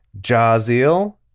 Jaziel